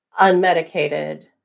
unmedicated